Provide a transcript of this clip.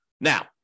Now